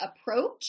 approach